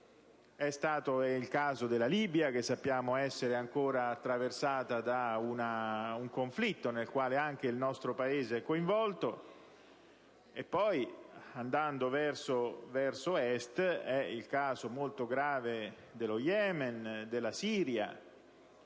È il caso della Libia, che sappiamo essere ancora attraversata da un conflitto nel quale anche il nostro Paese è coinvolto, e poi, andando verso Est, è il caso molto grave dello Yemen, della Siria.